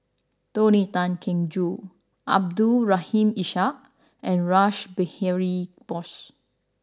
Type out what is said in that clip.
Tony Tan Keng Joo Abdul Rahim Ishak and Rash Behari Bose